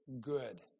good